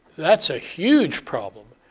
that's a huge problem.